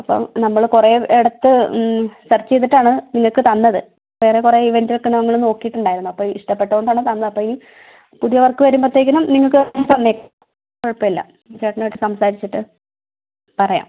അപ്പം നമ്മൾ കുറേ ഇടത്ത് സെർച്ച് ചെയ്തിട്ടാണ് നിങ്ങൾക്ക് തന്നത് വേറെ കുറേ ഇവന്റ് ഒക്കെ ഞങ്ങൾ നോക്കിയിട്ടുണ്ടായിരുന്നു അപ്പോൾ ഇഷ്ടപ്പെട്ടതുകൊണ്ടാണ് തന്നത് അപ്പം ഈ പുതിയ വർക്ക് വരുമ്പോഴത്തേക്കിനും നിങ്ങൾക്ക് തന്നെ തന്നേക്കാം കുഴപ്പമില്ല ചേട്ടനുമായിട്ട് സംസാരിച്ചിട്ട് പറയാം